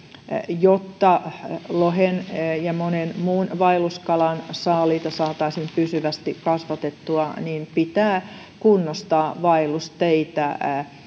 jotta lohen ja monen muun vaelluskalan saaliita saataisiin pysyvästi kasvatettua niin pitää kunnostaa vaellusteitä